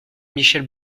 michèle